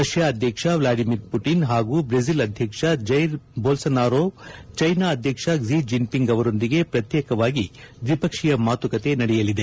ರಷ್ಠಾದ ಅಧ್ಯಕ್ಷ Vladimir Putin ಹಾಗೂ Brazil ಅಧ್ಯಕ್ಷ ಜೈರ್ ಬೋಲ್ಸನಾರೋ ಜೈನಾದ ಅಧ್ಯಕ್ಷ ಕ್ಲಿ ಜಿಂಗ್ಪಿಂಗ್ ಅವರೊಂದಿಗೆ ಪ್ರತ್ಯೇಕವಾಗಿ ದ್ವಿಪಕ್ಷೀಯ ಮಾತುಕತೆ ಏರ್ಪಡಲಿದೆ